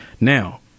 Now